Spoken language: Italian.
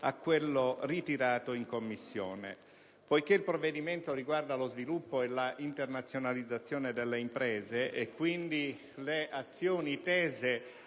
a quello ritirato in Commissione. Il provvedimento riguarda lo sviluppo e l'internazionalizzazione delle imprese, e quindi le azioni tese